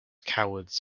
cowards